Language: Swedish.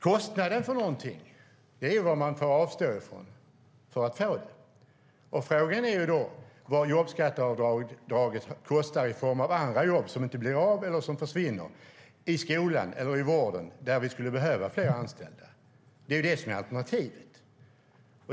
Kostnaden för något är vad man får avstå från för att få det. Frågan är vad jobbskatteavdraget kostar i form av andra jobb som inte blir av eller som försvinner i skolan eller vården, där det behövs fler anställda. Det är alternativet.